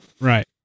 Right